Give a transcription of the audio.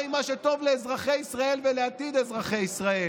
מה עם מה שטוב לאזרחי ישראל ולעתיד אזרחי ישראל?